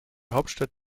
hauptstadt